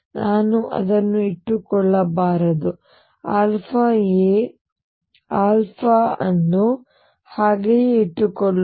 ನಾವು ಅದನ್ನು ಇಟ್ಟುಕೊಳ್ಳಬಾರದು αa ನಾವು ಅದನ್ನು ಹಾಗೆಯೇ ಇಟ್ಟುಕೊಳ್ಳೋಣ